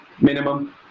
minimum